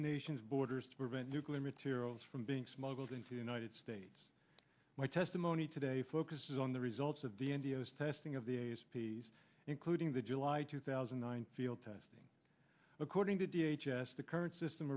the nation's borders to prevent nuclear materials from being smuggled into the united states my testimony today focuses on the results of the indios testing of the a s p s including the july two thousand and nine feet all testing according to d h s the current system